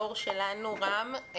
היושב-ראש שלנו רם שפע,